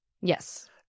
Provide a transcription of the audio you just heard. Yes